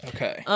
Okay